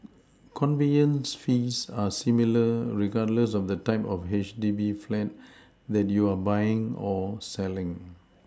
conveyance fees are similar regardless of the type of H D B flat that you are buying or selling